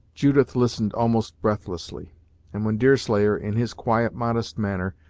judith listened almost breathlessly and when deerslayer, in his quiet, modest manner,